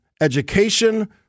education